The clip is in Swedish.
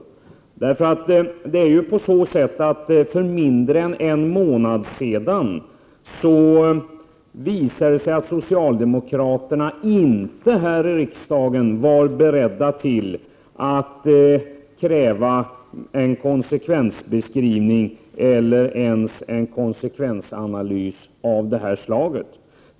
1988/89:114 För mindre än en månad sedan visade det sig ju att socialdemokraterna här 16 maj 1989 i riksdagen inte var beredda att kräva en konsekvensbeskrivning eller ens en & ä é å Om förbud mot konsekvensanalys av det här slaget.